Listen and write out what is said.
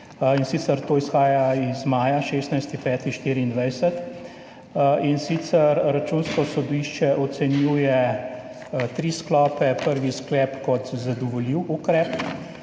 In sicer to izhaja iz maja, 16. 5. 2024. Računsko sodišče ocenjuje tri sklope. Prvi sklep kot zadovoljiv ukrep,